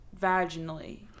vaginally